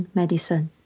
medicine